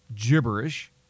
gibberish